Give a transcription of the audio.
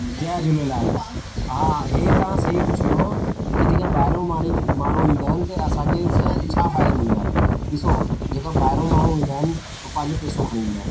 जय झूलेलाल हां हे तव्हां सही पुछियो की जेका ॿाहिरां माणी माण्हू ईंदा आहिनि त असांजे से छा फ़ाइदो मिलंदो आहे ॾिसो जेका ॿाहिरां माण्हू ईंदा आहिनि हो पंहिंजो पैसो खणी ईंदा आहिनि